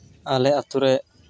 ᱟᱞᱮ ᱟᱛᱳ ᱨᱮ